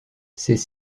ses